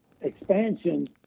expansion